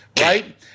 right